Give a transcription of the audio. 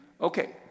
Okay